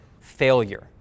failure